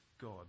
God